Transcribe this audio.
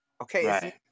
okay